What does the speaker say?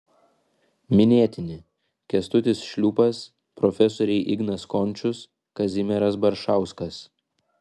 minėtini kęstutis šliūpas profesoriai ignas končius kazimieras baršauskas